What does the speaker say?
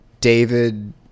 David